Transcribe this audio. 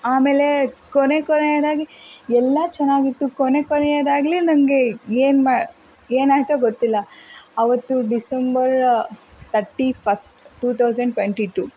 ಆಮೇಲೆ ಕೊನೆ ಕೊನೆಯದಾಗಿ ಎಲ್ಲ ಚೆನ್ನಾಗಿತ್ತು ಕೊನೆ ಕೊನೆಯದಾಗಲಿ ನನಗೆ ಏನ್ಮಾ ಏನಾಯ್ತೋ ಗೊತ್ತಿಲ್ಲ ಆವತ್ತು December thirty first two thousand twenty two